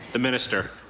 the minister.